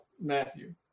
Matthew